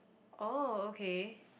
oh okay